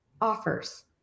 offers